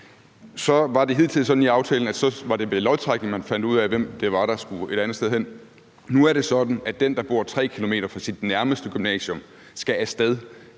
Det var hidtil sådan i aftalen, at det var ved lodtrækning, man fandt ud af, hvem der skulle et andet sted hen. Nu er det sådan, at den, der bor 3 km fra sit nærmeste gymnasium, skal af sted,